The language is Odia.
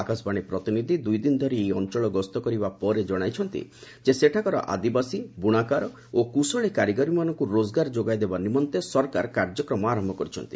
ଆକାଶବାଣୀ ପ୍ରତିନିଧି ଦୁଇଦିନ ଧରି ଏହି ଅଞ୍ଚଳ ଗସ୍ତ କରିବା ପରେ ଜଣାଇଛନ୍ତି ଯେ ସେଠାକାର ଆଦିବାସୀ ବୁଶାକାର ଓ କୁଶଳୀ କାରିଗରମାନଙ୍କୁ ରୋଜଗାର ଯୋଗାଇଦେବା ନିମନ୍ତେ ସରକାର କାର୍ଯ୍ୟକ୍ରମ ଆରମ୍ଭ କରିଛନ୍ତି